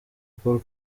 paul